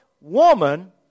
Woman